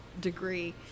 degree